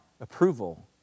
approval